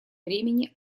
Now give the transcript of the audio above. времени